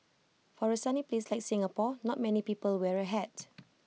for A sunny place like Singapore not many people wear A hat